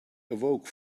awoke